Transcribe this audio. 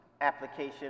application